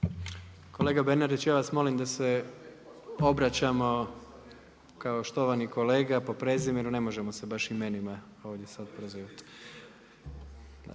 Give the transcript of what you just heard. Kolega Bernardić, ja vas molim da se obraćamo kao štovani kolega, po prezimenu, ne možemo se baš imenima ovdje sad prozivat.